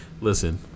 Listen